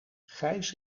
gijs